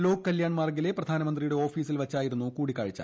ലോക് കല്യാൺ മാർഗിലെ പ്രധാനമന്ത്രിയുടെ ഓഫീസിൽ വച്ചായിരുന്നു കൂടിക്കാഴ്ച